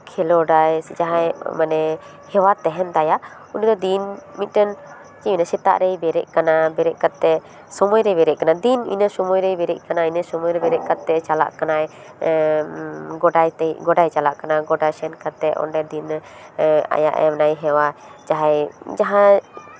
ᱠᱷᱮᱞᱳᱰᱟᱭ ᱡᱟᱦᱟᱸᱭ ᱢᱟᱱᱮ ᱦᱮᱣᱟ ᱛᱟᱦᱮᱱ ᱛᱟᱭᱟ ᱩᱱᱤ ᱫᱚ ᱫᱤᱱ ᱢᱤᱫᱴᱮᱱ ᱡᱮ ᱥᱮᱛᱟᱜ ᱨᱮᱭ ᱵᱮᱨᱮᱫ ᱠᱟᱱᱟ ᱵᱮᱨᱮᱫ ᱠᱟᱛᱮᱜ ᱥᱚᱢᱚᱭ ᱨᱮ ᱵᱮᱨᱮᱫ ᱠᱟᱱᱟᱭ ᱫᱤᱱ ᱤᱱᱟᱹ ᱥᱚᱢᱚᱭ ᱨᱮᱭ ᱵᱮᱨᱮᱫ ᱠᱟᱱᱟᱭ ᱤᱱᱟᱹ ᱥᱚᱢᱚᱭ ᱨᱮ ᱵᱮᱨᱮᱫ ᱠᱟᱛᱮᱜ ᱪᱟᱞᱟᱜ ᱠᱟᱱᱟᱭ ᱜᱚᱰᱟ ᱛᱮᱭ ᱜᱚᱰᱟᱭ ᱪᱟᱞᱟᱜ ᱠᱟᱱᱟ ᱜᱚᱰᱟ ᱥᱮᱱ ᱠᱟᱛᱮᱜ ᱚᱸᱰᱮ ᱫᱤᱱᱮ ᱟᱭᱟᱜ ᱚᱱᱮ ᱦᱮᱣᱟ ᱡᱟᱦᱟᱸᱭᱮ ᱡᱟᱦᱟᱸ